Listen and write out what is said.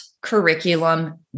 curriculum